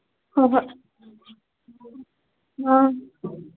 ꯍꯣꯍꯣꯏ ꯑ